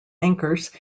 anchors